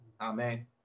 Amen